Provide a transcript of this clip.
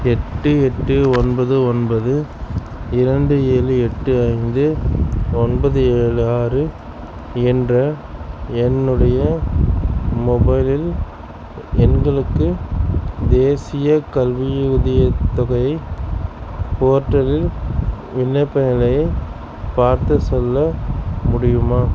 எட்டு எட்டு ஒன்பது ஒன்பது இரண்டு ஏழு எட்டு ஐந்து ஒன்பது ஏழு ஆறு என்ற என்னுடைய மொபைலில் எண்களுக்கு தேசியக் கல்வி உதவித் தொகையை போர்ட்டலில் விண்ணப்ப நிலையைப் பார்த்துச் சொல்ல முடியுமா